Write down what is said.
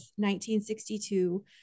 1962